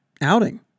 outing